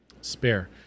Spare